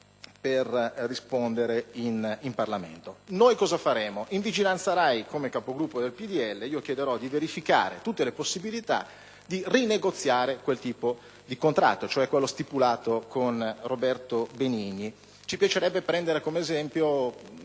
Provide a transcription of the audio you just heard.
per rispondere in Parlamento. Noi cosa faremo? In Commissione di vigilanza Rai, come capogruppo del PdL, chiederò di verificare tutte le possibilità di rinegoziare quel tipo di contratto, cioè quello stipulato con Roberto Benigni. Ci piacerebbe prendere come esempio